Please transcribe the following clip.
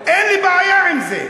תמשיך להרוג, אין לי בעיה עם זה.